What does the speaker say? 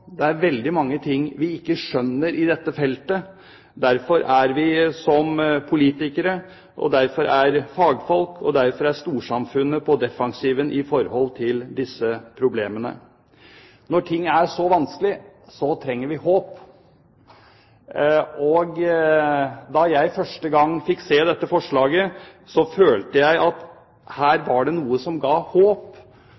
Det er veldig mange ting vi ikke skjønner i dette feltet. Derfor er vi som politikere, derfor er fagfolk, og derfor er storsamfunnet på defensiven i forhold til disse problemene. Når ting er så vanskelige, trenger vi håp. Da jeg første gang fikk se dette forslaget, følte jeg at her